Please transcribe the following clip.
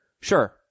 sure